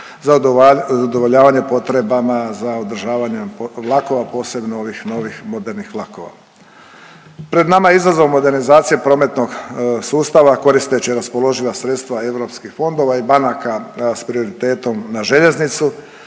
za udovoljavanje potrebama za održavanje vlakova posebno ovih novih modernih vlakova. Pred nama je izazov modernizacije prometnog sustava koristeći raspoloživa sredstva europskih fondova i banaka sa prioritetom na željeznicu.